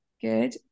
Good